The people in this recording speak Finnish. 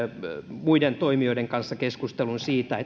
muiden toimijoiden kanssa keskustelun siitä